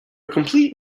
complete